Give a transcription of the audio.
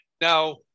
Now